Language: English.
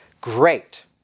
Great